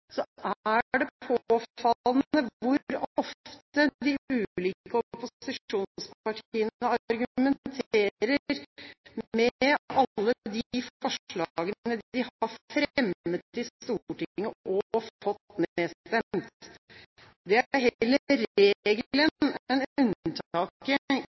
er det påfallende hvor ofte de ulike opposisjonspartiene argumenterer med alle de forslagene de har fremmet i Stortinget og fått nedstemt. Det er